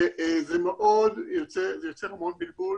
זה מאוד יוצר בלבול